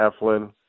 Eflin